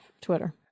Twitter